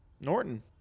Norton